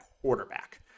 quarterback